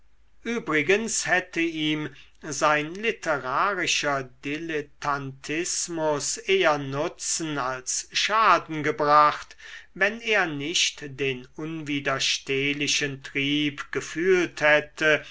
übrigens hätte ihm sein literarischer dilettantismus eher nutzen als schaden gebracht wenn er nicht den unwiderstehlichen trieb gefühlt hätte